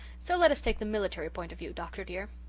so let us take the military point of view, doctor dear.